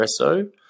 espresso